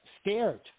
scared